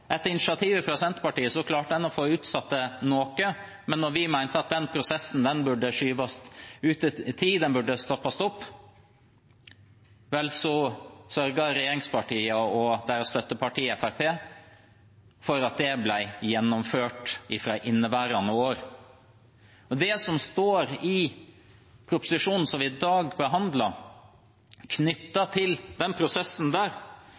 Etter initiativ fra Senterpartiet klarte en å få utsatt det noe, men da vi mente at den prosessen burde skyves ut i tid og stoppe opp, sørget regjeringspartiene og deres støtteparti, Fremskrittspartiet, for at det ble gjennomført fra inneværende år. Det som står i proposisjonen vi i dag behandler knyttet til den prosessen,